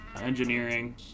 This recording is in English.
engineering